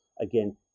again